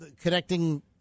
connecting